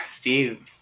Steve